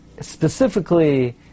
specifically